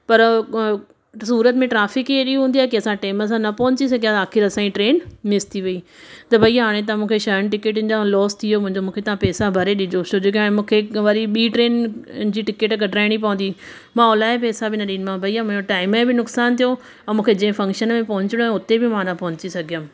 पर अ सूरत में ट्राफ़िक ई अहिड़ी हूंदी आहे के असां टेम सां न पहुची सघिया आखिर असांजी ट्रेन मिस थी वई त हाणे त भई मूंखे छहनि टिकटनि जो लोस थी वियो मुंहिंजो मूंखे तव्हां पेसा भरे ॾिजो छो जो हाणे मूंखे हिक वरी ॿी ट्रेन जी टिकट कटाइणी पवंदी मां ऑनलाइन पेसा बि न ॾींदीमाव भईया मां टाइम जो बि नुक़सानु थियो ऐं मूंखे जंहिं फंक्शन में पोहचणो हुयो हुते बि मां न पहुची सघियमि